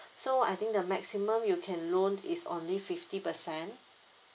so I think the maximum you can loan is only fifty percent